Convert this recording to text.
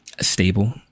stable